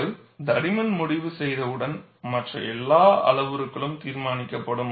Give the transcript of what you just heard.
நீங்கள் தடிமன் முடிவு செய்தவுடன் மற்ற எல்லா அளவுருக்களும் தீர்மானிக்கப்படும்